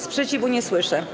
Sprzeciwu nie słyszę.